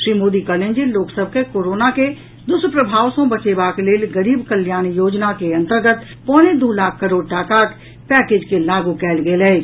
श्री मोदी कहलनि जे लोक सभ के कोरोना के द्रष्प्रभाव सँ बचेबाक लेल गरीब कल्याण योजना के अन्तर्गत पौने द्र लाख करोड़ टाकाक पैकेज के लागू कयल गेल अछि